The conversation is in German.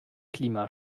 klima